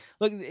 look